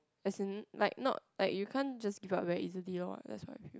as in like not like you can't just give up very easily lor that's what I feel